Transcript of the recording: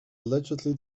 allegedly